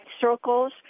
circles